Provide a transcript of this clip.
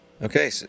Okay